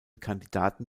kandidaten